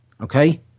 okay